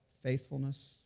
faithfulness